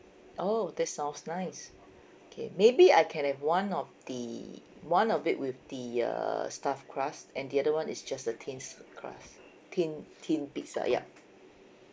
oh that sounds nice okay maybe I can have one of the one of it with the err stuffed crust and the other [one] is just a thin crust thin thin pizza yup